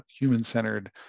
human-centered